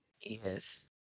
yes